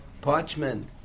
parchment